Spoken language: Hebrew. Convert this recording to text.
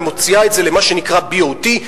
ומוציאה את זה למה שנקרא BOT,